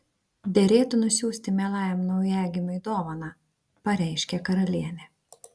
derėtų nusiųsti mielajam naujagimiui dovaną pareiškė karalienė